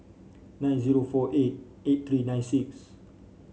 nine zero four eight eight three nine six